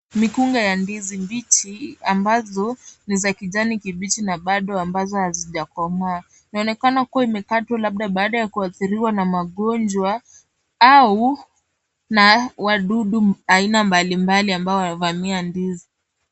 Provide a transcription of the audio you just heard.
Mikunga ya ndizi mbichi ambazo ni za kijani kibichi na bado ambazo hazijakomaa inaonekana kuwa imekatwa labda baada ya kuathiriwa na magonjwa au na wadudu aina mbalimbali ambao wanavamia ndizi.